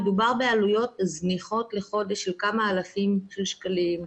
מדובר בעלויות זניחות לחודש של כמה אלפי שקלים,